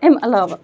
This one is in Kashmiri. اَمہِ علاوٕ